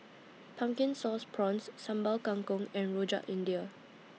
Pumpkin Sauce Prawns Sambal Kangkong and Rojak India